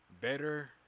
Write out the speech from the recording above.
better